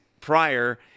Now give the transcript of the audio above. prior